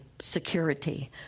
security